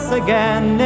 again